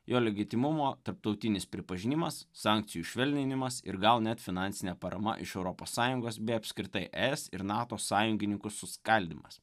jo legitimumo tarptautinis pripažinimas sankcijų švelninimas ir gal net finansinė parama iš europos sąjungos bei apskritai es ir nato sąjungininkų suskaldymas